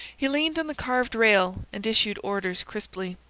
he leaned on the carved rail and issued orders crisply.